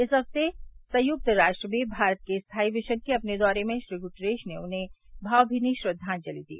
इस हफ्ते संयुक्त राष्ट्र में भारत के स्थाई मिशन के अपने दौरे में श्री गुतेरश ने उन्हें भावमीनी श्रद्दांजलि दी